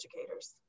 educators